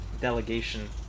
delegation